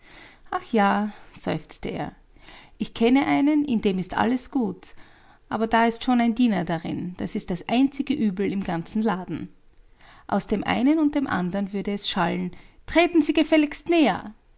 ach ja seufzte er ich kenne einen in dem ist alles gut aber da ist schon ein diener darin das ist das einzige übel im ganzen laden aus dem einen und dem andern würde es schallen treten sie gefälligst näher